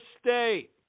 state